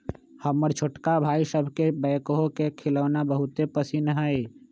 हमर छोटका भाई सभके बैकहो के खेलौना बहुते पसिन्न हइ